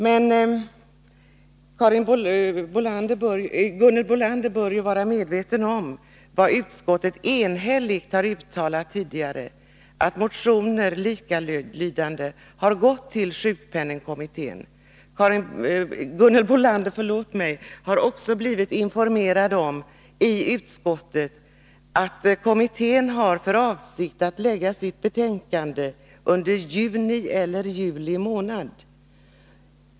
Gunhild Bolander bör vara medveten om vad utskottet tidigare enhälligt uttalat då likalydande motioner överlämnats till sjukpenningkommittén. Gunhild Bolander har också i utskottet blivit informerad om att kommittén har för avsikt att lägga fram sitt betänkande under juni eller juli månad.